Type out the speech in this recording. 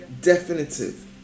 definitive